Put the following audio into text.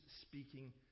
speaking